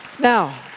Now